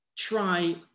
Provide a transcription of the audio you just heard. try